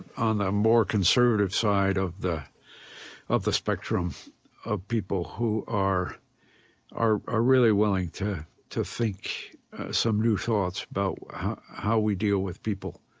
on the more conservative side of the of the spectrum of people who are are really willing to to think some new thoughts about how we deal with people,